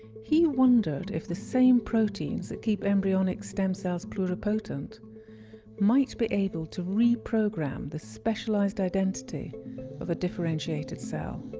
he wondered if the same proteins that keep embryonic stem cells pluripotent might be able to reprogramme the specialised identity of a differentiated cell.